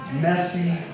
messy